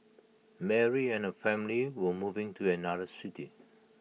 Mary and her family were moving to another city